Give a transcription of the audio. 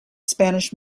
spanish